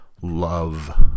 love